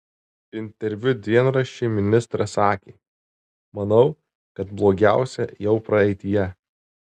interviu dienraščiui ministras sakė manau kad blogiausia jau praeityje